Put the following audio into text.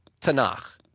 Tanakh